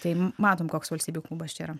tai matom koks valstybių klubas čia yra